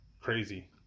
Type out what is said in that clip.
crazy